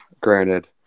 Granted